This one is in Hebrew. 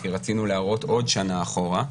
כי רצינו להראות עוד שנה אחורה.